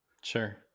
Sure